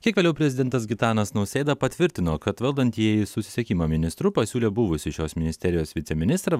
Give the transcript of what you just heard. kiek vėliau prezidentas gitanas nausėda patvirtino kad valdantieji susisiekimo ministru pasiūlė buvusį šios ministerijos viceministrą